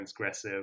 transgressive